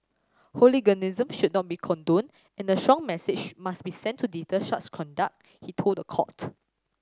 hooliganism should not be condoned and a strong message must be sent to deter such conduct he told the court